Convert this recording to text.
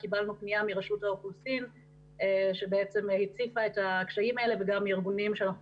קיבלנו פנייה מרשות האוכלוסין שהציפה את הקשיים האלה וגם מארגונים שאנחנו